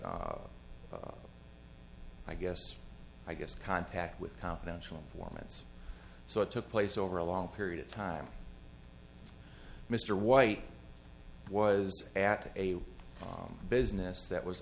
t i guess i guess contact with confidential informants so it took place over a long period of time mr white was at a business that was